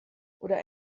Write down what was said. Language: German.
oder